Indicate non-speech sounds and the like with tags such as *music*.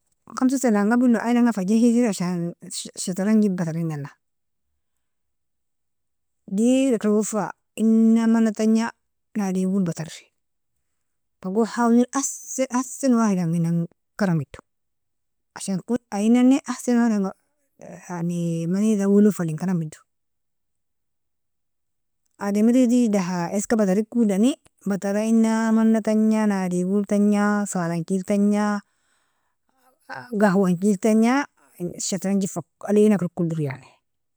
Khamsa sanan gabela ayilanga fa jahiziri, ashaan shataranji batarinana digdakera gon, fa ina mana tanja nadigo batari fagon hawolir ahsan *hesitation* wahida *unintelligible* karamido ashaan akon iennani ahsan wahidanga *hesitation* yani mani daowelo faling karamido adamire digda aha iska batarikodani batara ina mana tanja nadigo tanja salanji tanja *hesitation* gahwanjil tanja shataranji *hesitation* alinaker kolier yani.